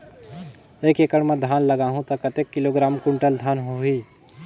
एक एकड़ मां धान लगाहु ता कतेक किलोग्राम कुंटल धान होही?